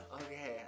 Okay